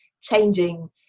changing